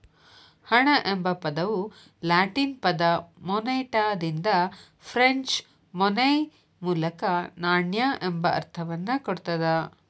ಹಣ ಎಂಬ ಪದವು ಲ್ಯಾಟಿನ್ ಪದ ಮೊನೆಟಾದಿಂದ ಫ್ರೆಂಚ್ ಮೊನೈ ಮೂಲಕ ನಾಣ್ಯ ಎಂಬ ಅರ್ಥವನ್ನ ಕೊಡ್ತದ